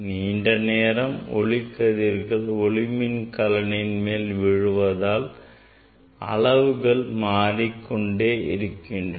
நீண்ட நேரம் ஒளிக்கதிர்கள் ஒளி மின்கலன் மேல் விழுந்ததால் அளவுகள் மாறிக்கொண்டே இருக்கின்றன